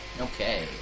Okay